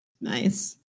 Nice